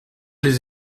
les